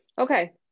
Okay